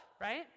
right